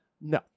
no